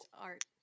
art